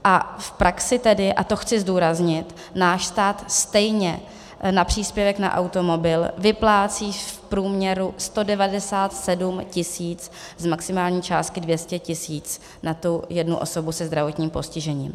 A v praxi tedy, a to chci zdůraznit, náš stát stejně na příspěvek na automobil vyplácí v průměru 197 tisíc z maximální částky 200 tisíc na jednu osobu se zdravotním postižením.